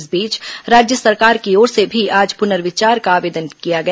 इस बीच राज्य सरकार की ओर से भी आज पुनर्विचार का आवेदन दिया गया